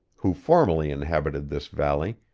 who formerly inhabited this valley,